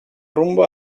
rumbo